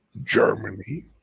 Germany